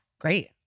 Great